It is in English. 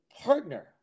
partner